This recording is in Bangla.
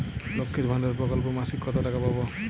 লক্ষ্মীর ভান্ডার প্রকল্পে মাসিক কত টাকা পাব?